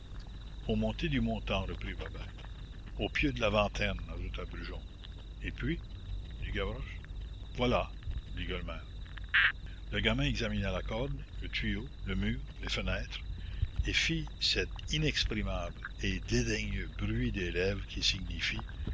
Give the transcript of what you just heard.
monté du montant reprit babet au pieu de la vanterne ajouta brujon et puis dit gavroche voilà dit gueulemer le gamin examina la corde le tuyau le mur les fenêtres et fit cet inexprimable et dédaigneux bruit des lèvres qui